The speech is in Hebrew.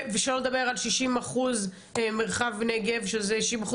ושלא נדבר על 60% מרחב נגב שזה 60%